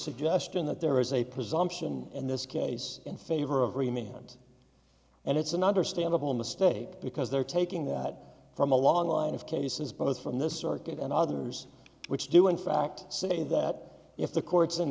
suggestion that there is a presumption in this case in favor of remained and it's an understandable mistake because they're taking that from a long line of cases both from this circuit and others which do in fact say that if the courts